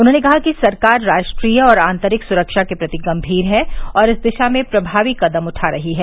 उन्होंने कहा कि सरकार राष्ट्रीय और आंतरिक सुरक्षा के प्रति गंभीर है और इस दिशा में प्रभावी कदम उठा रही है